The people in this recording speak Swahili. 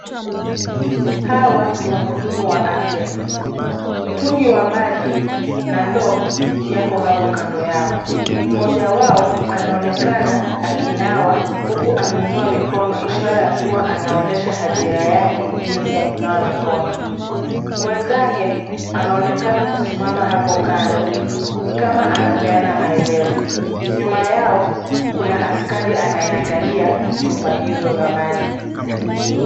Hawa ni wahudumu wa afya. Mtungi wa maji na ndoo yapo hapo kando yao. Mmoja wao anaonekana akinawa huku ameinua mikono, ishara ya kuwa anaonyesha hadhira yake jinsi ya kunawa mikono. Mwenzake anaonekana kusimama hapo kando, ni kama anapeana maelezo. Nyuma yao, kuna askari anayeangalia chupa hizo za maji.